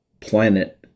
planet